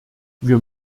wir